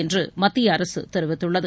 என்று மத்திய அரசு தெரிவித்துள்ளது